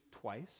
twice